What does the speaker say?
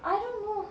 I don't know